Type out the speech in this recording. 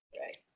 Right